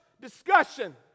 discussion